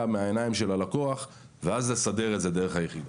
מהעיניים של הלקוח ואז לסדר את זה דרך היחידה.